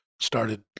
started